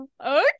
Okay